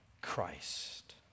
Christ